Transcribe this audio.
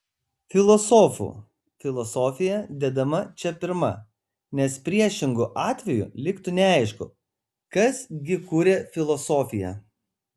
filosofų filosofija dedama čia pirma nes priešingu atveju liktų neaišku kas gi kuria filosofiją